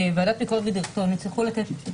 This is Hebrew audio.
ועדת ביקורת ודירקטוריון הצטרכו לתת את